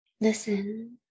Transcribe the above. listen